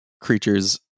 creatures